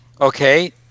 okay